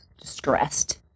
distressed